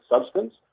substance